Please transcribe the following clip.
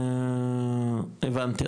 הבנתי,